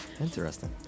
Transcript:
Interesting